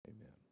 Amen